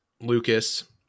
lucas